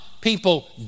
people